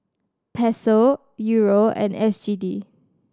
Peso Euro and S G D